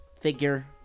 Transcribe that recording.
figure